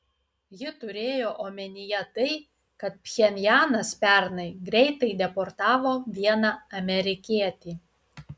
ji turėjo omenyje tai kad pchenjanas pernai greitai deportavo vieną amerikietį